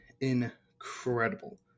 incredible